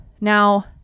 now